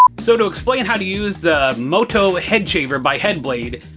so to explain how to use the moto ah head shaver by head blade,